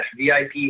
VIP